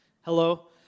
Hello